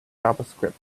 javascript